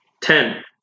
ten